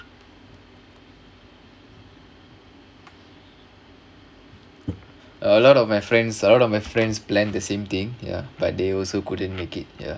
a lot of my friends a lot of my friends plan the same thing ya but they also couldn't make it ya